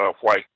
white